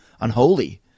unholy